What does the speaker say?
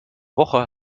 woche